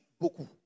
Beaucoup